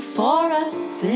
forests